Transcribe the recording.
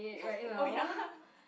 oh ya